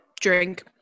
Drink